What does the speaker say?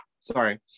Sorry